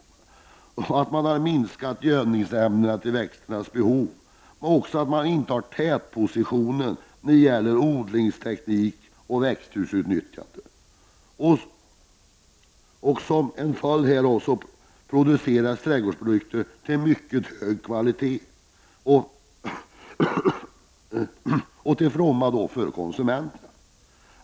Dessutom har man minskat användningen av gödningsämnen efter växternas behov. Vidare intar man en tätposition när det gäller odlingsteknik och växthusutnyttjande. Som en följd härav produceras trädgårdsprodukter av mycket hög kvalitet, till konsumenternas fromma.